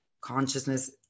consciousness